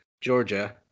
Georgia